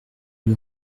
lui